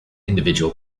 individual